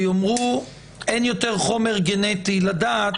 ויאמרו שאין יותר חומר גנטי לדעת